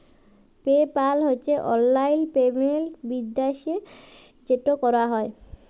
pay পাল হছে অললাইল payment বিদ্যাশে যেট ক্যরা হ্যয়